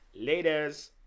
Laters